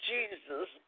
Jesus